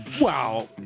wow